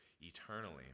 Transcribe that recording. eternally